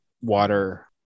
water